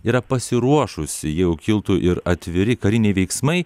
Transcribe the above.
yra pasiruošusi jau kiltų ir atviri kariniai veiksmai